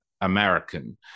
american